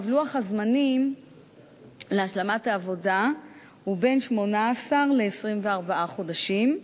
לוח הזמנים להשלמת העבודה הוא בין 18 ל-24 חודשים.